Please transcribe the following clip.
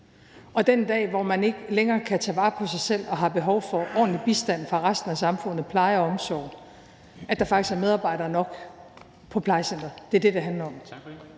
der den dag, hvor man ikke længere kan tage vare på sig selv og har behov for ordentlig bistand fra resten af samfundets side, pleje og omsorg, faktisk er medarbejdere nok på plejecenteret. Det er præcis det, det handler om.